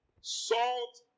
Salt